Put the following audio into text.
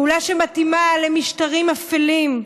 פעולה שמתאימה למשטרים אפלים,